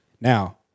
Now